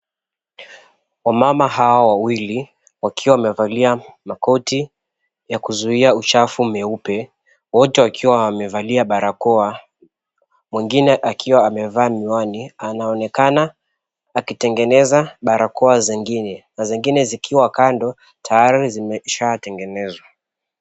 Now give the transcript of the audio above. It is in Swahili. Wamama hawa wawili wakiwa wamevalia makoti ya kuzuia uchafu meupe , wote wakiwa wamevalia barakoa mwingine akiwa amevaa miwani anaonekana akitengeneza barakoa zingine na zingine zikiwa kando tayari zimeshatengenezwa.